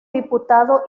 diputado